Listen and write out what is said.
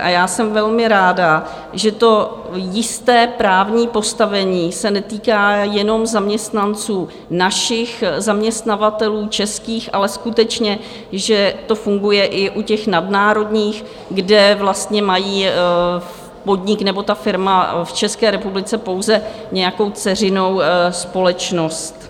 A já jsem velmi ráda, že to jisté právní postavení se netýká jenom zaměstnanců našich, zaměstnavatelů českých, ale skutečně že to funguje i u těch nadnárodních, kde má podnik nebo firma v České republice pouze nějakou dceřinou společnost.